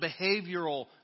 behavioral